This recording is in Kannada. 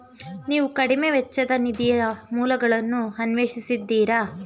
ನೀವು ಕಡಿಮೆ ವೆಚ್ಚದ ನಿಧಿಯ ಮೂಲಗಳನ್ನು ಅನ್ವೇಷಿಸಿದ್ದೀರಾ?